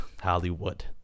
Hollywood